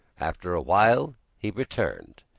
after a while he returned.